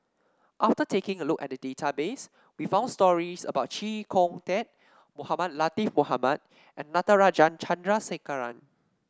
after taking a look at the database we found stories about Chee Kong Tet Mohamed Latiff Mohamed and Natarajan Chandrasekaran